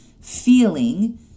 feeling